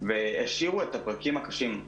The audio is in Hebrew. והשאירו את הפרקים הקשים.